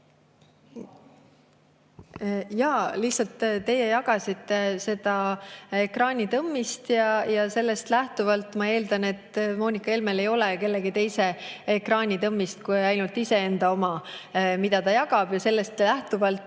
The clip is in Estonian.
sõna. Lihtsalt teie jagasite seda ekraanitõmmist ja sellest lähtuvalt ma eeldan, et Moonika Helmel ei ole kellegi teise ekraanitõmmist kui ainult iseenda oma, mida ta jagab. Sellest lähtuvalt